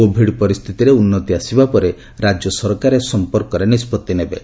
Covid ପରିସ୍ଥିତିରେ ଉନ୍ନତି ଆସିବା ପରେ ରାଜ୍ୟ ସରକାର ଏ ସମ୍ପର୍କରେ ନିଷ୍ପଭି ନେବେ